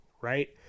Right